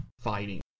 fighting